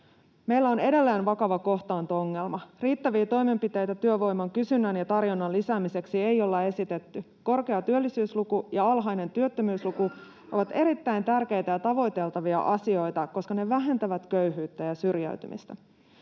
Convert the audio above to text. Meillä on edelleen vakava kohtaanto-ongelma. Riittäviä toimenpiteitä työvoiman kysynnän ja tarjonnan lisäämiseksi ei olla esitetty. Korkea työllisyysluku ja alhainen työttömyysluku ovat erittäin tärkeitä ja tavoiteltavia asioita, koska ne vähentävät köyhyyttä ja syrjäytymistä.